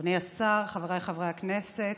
אדוני השר, חבריי חברי הכנסת,